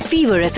Fever